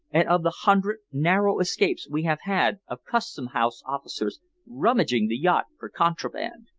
and of the hundred narrow escapes we have had of custom house officers rummaging the yacht for contraband.